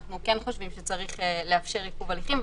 שאנחנו כן חושבים שצריך לאפשר עיכוב הליכים.